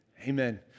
Amen